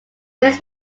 base